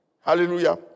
Hallelujah